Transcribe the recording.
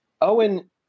Owen